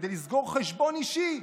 כדי לסגור חשבון אישי,